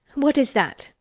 what is that?